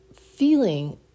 feeling